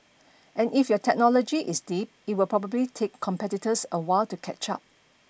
and if your technology is deep it will probably take competitors a while to catch up